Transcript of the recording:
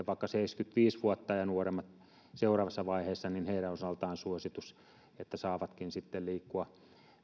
vaikka seitsemänkymmentäviisi vuotta ja nuoremmat seuraavassa vaiheessa että annettaisiin heidän osaltaan suositus että saavatkin sitten liikkua